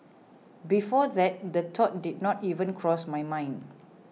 before that the thought did not even cross my mind